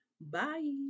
bye